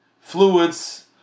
fluids